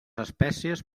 espècies